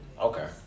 Okay